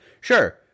sure